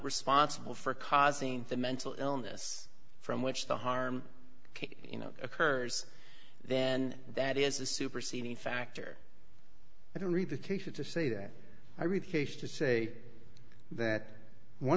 responsible for causing the mental illness from which the harm you know occurs then that is a superseding factor i don't read the case or to say that i read fish to say that one